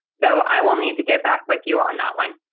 so i will need to get back with you on that one.